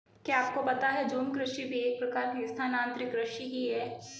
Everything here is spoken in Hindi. क्या आपको पता है झूम कृषि भी एक प्रकार की स्थानान्तरी कृषि ही है?